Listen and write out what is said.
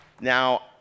Now